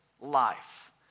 life